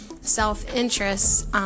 self-interest